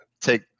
take